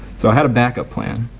so i had a back-up plan.